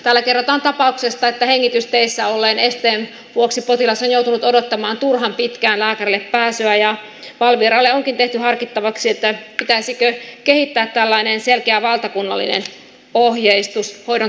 täällä kerrotaan tapauksesta että hengitysteissä olleen esteen vuoksi potilas on joutunut odottamaan turhan pitkään lääkärille pääsyä ja valviralle onkin tehty harkittavaksi pitäisikö kehittää tällainen selkeä valtakunnallinen ohjeistus hoidon kiireellisyydestä